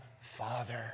father